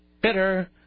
Bitter